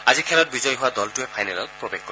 আজি খেলত বিজয়ী হোৱা দলটোৱে ফাইনেলত প্ৰৱেশ কৰিব